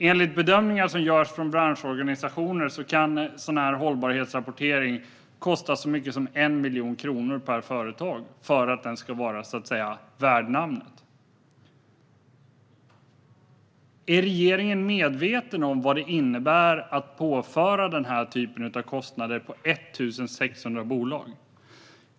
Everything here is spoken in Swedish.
Enligt bedömningar av branschorganisationer kan en hållbarhetsrapportering, om den ska vara värd namnet, kosta så mycket som 1 miljon kronor per företag. Är regeringen medveten om vad det innebär att påföra den typen av kostnader på 1 600 bolag?